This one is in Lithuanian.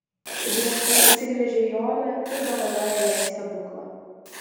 viešpats atsigręžia į oną ir dovanoja jai stebuklą